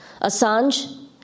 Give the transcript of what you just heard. Assange